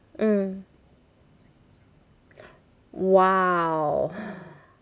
mm !wow!